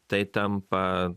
tai tampa